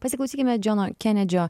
pasiklausykime džono kenedžio